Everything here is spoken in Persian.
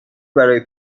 برای